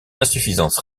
insuffisance